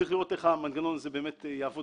צריך לראות איך המנגנון הזה באמת יעבוד